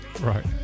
right